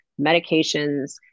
medications